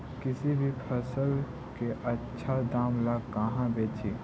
किसी भी फसल के आछा दाम ला कहा बेची?